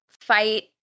fight